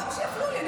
למה שיפריעו לי?